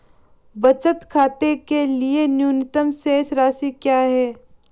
बचत खाते के लिए न्यूनतम शेष राशि क्या है?